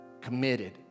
committed